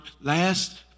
last